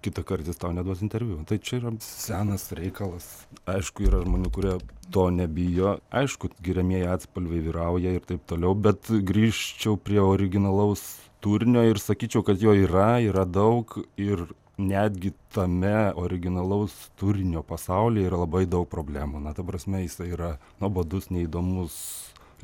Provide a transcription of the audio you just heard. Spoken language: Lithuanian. kitąkart jis tau neduos interviu tai čia yra senas reikalas aišku yra žmonių kurie to nebijo aišku giriamieji atspalviai vyrauja ir taip toliau bet grįžčiau prie originalaus turinio ir sakyčiau kad jo yra yra daug ir netgi tame originalaus turinio pasaulyje yra labai daug problemų na ta prasme jisai yra nuobodus neįdomus